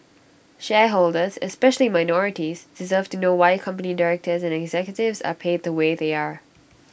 shareholders especially minorities deserve to know why company directors and executives are paid the way they are